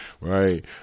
Right